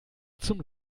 zum